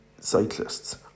cyclists